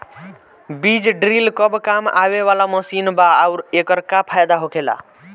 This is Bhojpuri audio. बीज ड्रील कब काम आवे वाला मशीन बा आऊर एकर का फायदा होखेला?